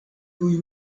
kiuj